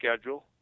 schedule